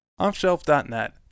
Offshelf.net